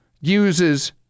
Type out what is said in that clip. uses